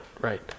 right